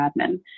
admin